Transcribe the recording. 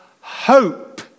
hope